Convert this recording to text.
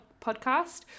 podcast